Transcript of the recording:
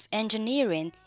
engineering